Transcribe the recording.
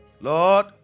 lord